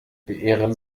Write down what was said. beehren